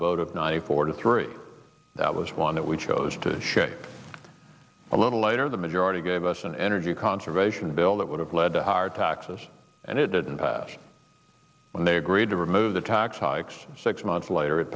vote of ninety four to three that was one that we chose to shape a little later the majority gave us an energy conservation bill that would have led to higher taxes and it didn't pass when they agreed to remove the tax hikes six months later it